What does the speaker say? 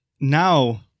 now